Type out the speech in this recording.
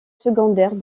secondaire